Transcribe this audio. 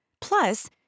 Plus